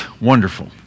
wonderful